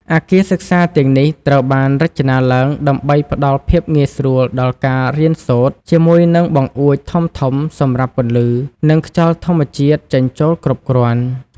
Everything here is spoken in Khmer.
អគារសិក្សាទាំងនេះត្រូវបានរចនាឡើងដើម្បីផ្តល់ភាពងាយស្រួលដល់ការរៀនសូត្រ ជាមួយនឹងបង្អួចធំៗសម្រាប់ពន្លឺ និងខ្យល់ធម្មជាតិចេញចូលគ្រប់គ្រាន់។